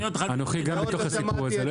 אנוכי גם בתוך הסיפור הזה.